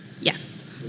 Yes